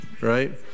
Right